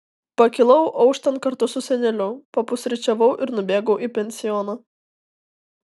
pakilau auštant kartu su seneliu papusryčiavau ir nubėgau į pensioną